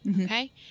okay